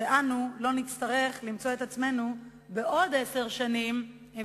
שלא נמצא את עצמנו בעוד עשר שנים עם